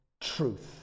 truth